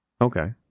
okay